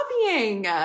copying